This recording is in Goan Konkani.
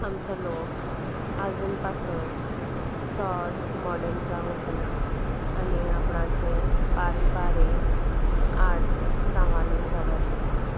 आमचो लोक आजून पासून चोड मॉर्डन जावंक ना आनी आपणाचे पारंपारीक आर्ट्स सांबाळून दवरला